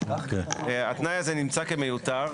התנאי הזה נמצא כמיותר,